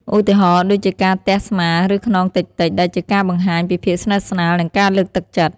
ឧទាហរណ៍ដូចជាការទះស្មាឬខ្នងតិចៗ ដែលជាការបង្ហាញពីភាពស្និទ្ធស្នាលនិងការលើកទឹកចិត្ត។